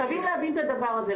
חייבים להבין את הדבר הזה.